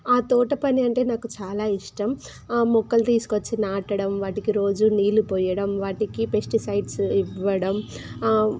ఆ తోటపని అంటే నాకు చాలా ఇష్టం ఆ మొక్కలు తీసుకు వచ్చి నాటడం వాటికి రోజు నీళ్ళు పోయడం వాటికి పెస్టిసైడ్స్ ఇవ్వడం